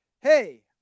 hey